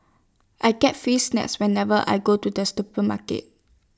I get free snacks whenever I go to the supermarket